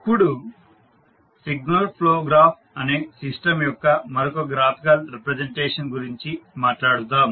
ఇప్పుడు signal flow graph అనే system యొక్క మరొక గ్రాఫికల్ రిప్రజెంటేషన్ గురించి మాట్లాడుదాం